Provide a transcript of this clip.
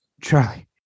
Charlie